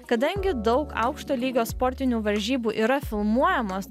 kadangi daug aukšto lygio sportinių varžybų yra filmuojamos